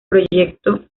proyecto